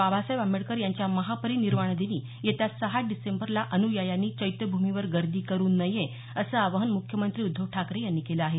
बाबासाहेब आंबेडकर यांच्या महापरिनिर्वाणादिनी येत्या सहा डिसेंबरला अन्यायांनी चैत्यभूमीवर गर्दी करु नये असं आवाहन मुख्यमंत्री उद्धव ठाकरे यांनी केलं आहे